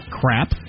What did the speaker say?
crap